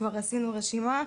כבר עשינו רשימה,